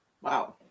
Wow